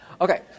Okay